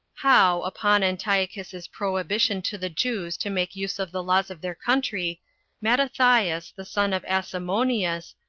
how, upon antiochus's prohibition to the jews to make use of the laws of their country mattathias, the son of asamoneus,